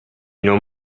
non